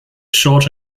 short